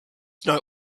know